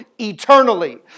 eternally